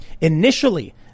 Initially